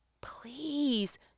Please